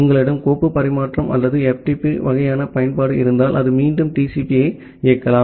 உங்களிடம் கோப்பு பரிமாற்றம் அல்லது FTP வகையான பயன்பாடு இருந்தால் அது மீண்டும் TCP ஐ இயக்கலாம்